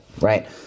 right